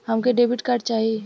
हमके debit card चाही?